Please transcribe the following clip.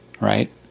right